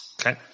Okay